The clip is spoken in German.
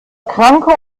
kranke